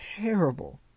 terrible